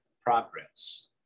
progress